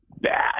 bad